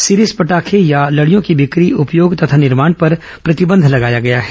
series पटाखे अथवा लड़ियों की बिक्री उपयोग तथा निर्माण प्रतिबंधित किया गया है